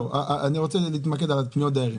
אני רוצה להתמקד בפניות דיירים.